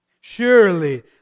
Surely